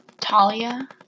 Talia